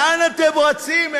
לאן אתם רצים?